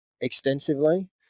extensively